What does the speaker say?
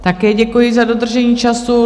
Také děkuji za dodržení času.